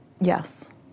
Yes